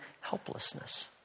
helplessness